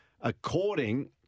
according